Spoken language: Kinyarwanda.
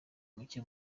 muke